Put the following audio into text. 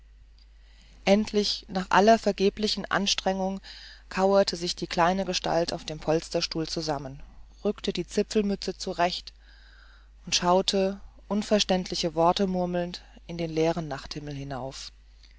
endlich nach aller vergeblichen anstrengung kauerte sich die kleine gestalt auf dem polsterstuhl zusammen rückte die zipfelmütze zurecht und schaute unverständliche worte murmelnd in den leeren nachthimmel hinauf